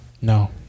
No